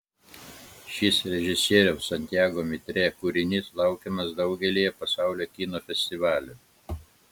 šis režisieriaus santiago mitre kūrinys laukiamas daugelyje pasaulio kino festivalių